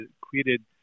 created